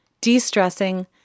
de-stressing